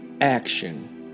action